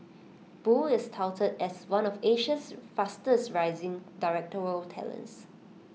boo is touted as one of Asia's fastest rising directorial talents